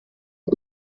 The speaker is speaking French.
est